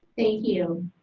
thank you.